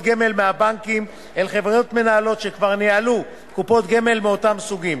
גמל מהבנקים אל חברות מנהלות שכבר ניהלו קופות גמל מאותם סוגים,